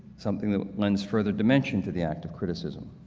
something that lends further dimension to the act of criticism.